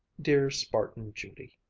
dear spartan judy!